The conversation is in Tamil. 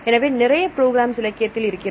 எனவே நிறைய ப்ரோக்ராம்ஸ் இலக்கியத்தில் இருக்கிறது